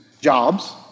jobs